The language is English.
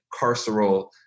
carceral